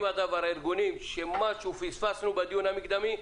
בדבר שחושבים שפספסנו משהו בדיון המקדמי?